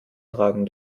tragen